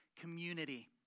community